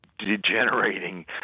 Degenerating